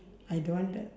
I don't want the